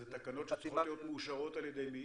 זה תקנות שצריכות להיות מאושרות על ידי מי?